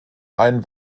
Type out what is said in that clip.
einen